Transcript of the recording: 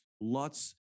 lots